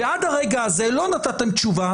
ועד הרגע הזה לא נתתם תשובה,